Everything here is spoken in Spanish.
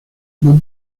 van